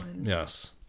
yes